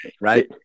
Right